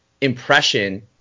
impression